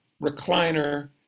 recliner